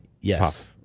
Yes